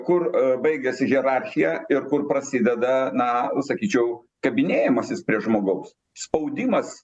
kur baigiasi hierarchija ir kur prasideda na sakyčiau kabinėjimasis prie žmogaus spaudimas